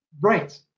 Right